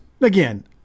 Again